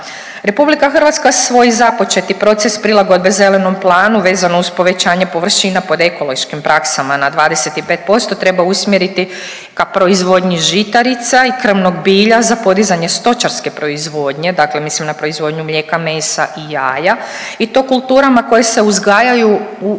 nameta. RH svoj započeti proces prilagodbe zelenom planu vezano uz povećanje površina pod ekološkim praksama na 25% treba usmjeriti ka proizvodnji žitarica i krmnog bilja za podizanje stočarske proizvodnje, dakle mislim na proizvodnju mlijeka, mesa i jaja i to kulturama koje se uzgajaju u